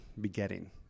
begetting